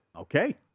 Okay